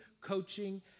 coaching